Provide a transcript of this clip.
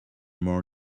more